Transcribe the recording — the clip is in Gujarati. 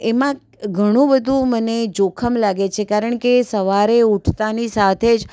એમાં ઘણું બધું મને જોખમ લાગે છે કારણ કે સવારે ઉઠતાંની સાથે જ